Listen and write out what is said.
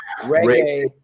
reggae